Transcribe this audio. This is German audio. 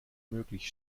möglich